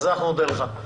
אנחנו נודה לך.